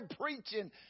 preaching